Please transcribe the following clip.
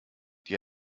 die